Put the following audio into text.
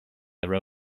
their